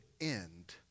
end